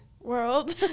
world